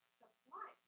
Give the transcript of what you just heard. supply